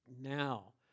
Now